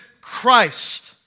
Christ